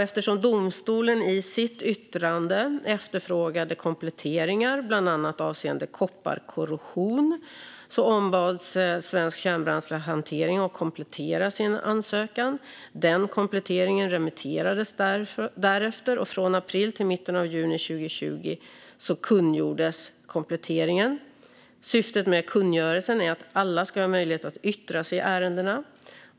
Eftersom domstolen i sitt yttrande efterfrågade kompletteringar bland annat avseende kopparkorrosion ombads Svensk Kärnbränslehantering att komplettera sin ansökan. Den kompletteringen remitterades därefter. Från april till mitten av juni 2020 kungjordes kompletteringen. Syftet med kungörelsen är att alla ska ha möjlighet att yttra sig i ärendena.